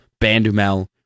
Bandumel